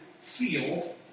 field